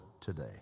today